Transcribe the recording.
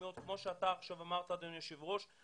משמעיות כמו שאתה עכשיו אמרת אדוני היושב ראש,